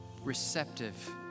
receptive